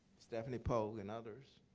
stephanie pogue, and others,